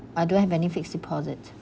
I don't have any fixed deposit